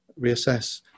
reassess